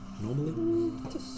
normally